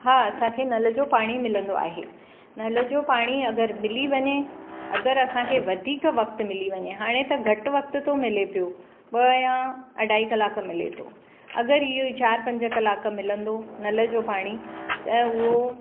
हा असांखे नल जो पाणी मिलंदो आहे नल जो पाणी अगरि मिली वञे अगरि असांखे वधीक वक़्तु मिली वञे हाणे त घटि वक़्तु थो मिले पियो ॿ या अढाई कलाकु मिले थो अगरि इहो ई चार पंज कलाकु मिलंदो नल जो पाणी त उहो